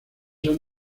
son